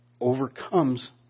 overcomes